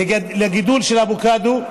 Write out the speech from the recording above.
לגידול של אבוקדו,